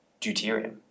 deuterium